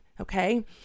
Okay